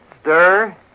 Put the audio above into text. stir